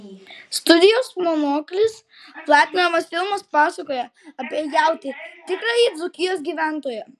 studijos monoklis platinamas filmas pasakoja apie jautį tikrąjį dzūkijos gyventoją